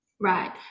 Right